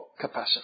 capacity